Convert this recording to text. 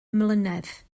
mlynedd